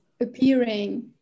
appearing